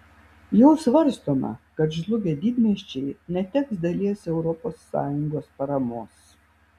jau svarstoma kad žlugę didmiesčiai neteks dalies europos sąjungos paramos